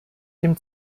dem